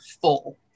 full